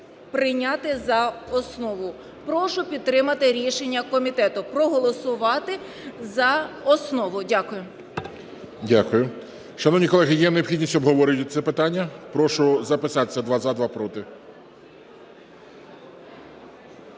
прийняти за основу. Прошу підтримати рішення комітету проголосувати за основу. Дякую. ГОЛОВУЮЧИЙ. Дякую. Шановні колеги, є необхідність обговорити це питання? Прошу записатись: два – за, два – проти.